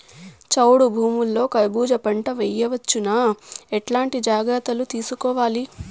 చౌడు భూముల్లో కర్బూజ పంట వేయవచ్చు నా? ఎట్లాంటి జాగ్రత్తలు తీసుకోవాలి?